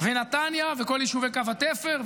ונתניה וכל יישובי קו התפר,